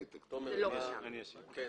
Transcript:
ראשית,